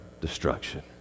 destruction